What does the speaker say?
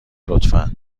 لطفا